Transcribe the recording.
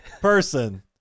person